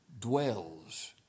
Dwells